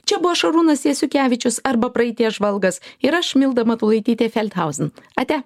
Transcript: čia buvo šarūnas jasiukevičius arba praeities žvalgas ir aš milda matulaitytė felthauzen ate